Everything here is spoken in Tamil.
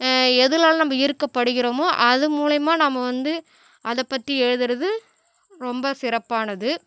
எதனால நம்ம ஈர்க்கப்படுகிறோமோ அது மூலயமா நாம் வந்து அதை பற்றி எழுதுகிறது ரொம்ப சிறப்பானது